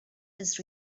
his